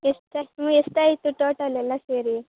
ಎಷ್ಟಾಯಿತು ಹ್ಞೂ ಎಷ್ಟಾಯಿತು ಟೋಟಲ್ ಎಲ್ಲ ಸೇರಿ